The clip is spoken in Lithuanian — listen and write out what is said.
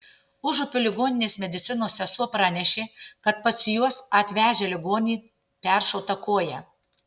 užupio ligoninės medicinos sesuo pranešė kad pas juos atvežę ligonį peršauta koja